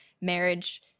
marriage